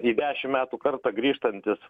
į dešimt metų kartą grįžtantis